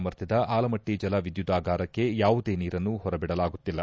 ಸಾಮರ್ಥ್ಯದ ಆಲಮಟ್ಟೆ ಜಲ ವಿದ್ಯುದಾಗಾರ ಕ್ಕೆ ಯಾವುದೇ ನೀರನ್ನು ಹೊರಬಿಡಲಾಗುತ್ತಿಲ್ಲ